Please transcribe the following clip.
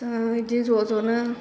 बिदि ज' ज'नो